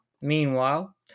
meanwhile